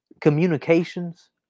communications